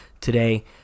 today